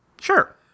Sure